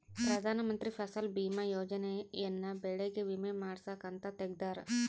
ಪ್ರಧಾನ ಮಂತ್ರಿ ಫಸಲ್ ಬಿಮಾ ಯೋಜನೆ ಯನ್ನ ಬೆಳೆಗೆ ವಿಮೆ ಮಾಡ್ಸಾಕ್ ಅಂತ ತೆಗ್ದಾರ